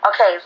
Okay